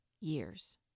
years